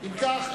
אם כך,